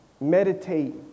meditate